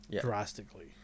drastically